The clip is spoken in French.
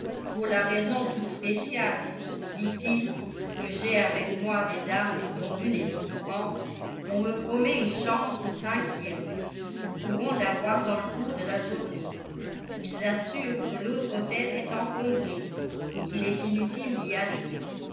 pour la raison toute spéciale dit-il que j'ai avec moi des dames dont l'une est souffrante on me promet une chambre au cinquième nous pourrons l'avoir dans le cours de la journée ils assurent que l'autre hôtel est encombré et qu'il est inutile d'y aller